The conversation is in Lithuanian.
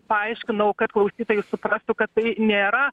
paaiškinau kad klausytojai suprastų kad tai nėra